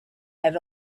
had